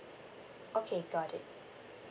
okay got it